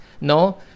No